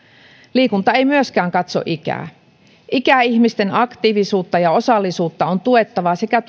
liikunta ei myöskään katso ikää ikäihmisten aktiivisuutta ja osallisuutta on tuettava sekä